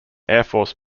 airforce